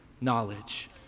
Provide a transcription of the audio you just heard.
knowledge